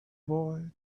boy